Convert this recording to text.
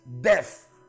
Death